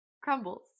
crumbles